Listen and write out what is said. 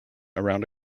around